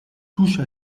touche